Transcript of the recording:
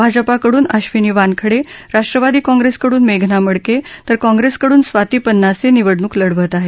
भाजपाकड्रन अश्विनी वानखडे राष्ट्रवादी काँग्रेसकड्रन मेघना मडके तर काँग्रेसकड्रन स्वाती पन्नासे निवडण्क लढवत आहेत